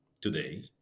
today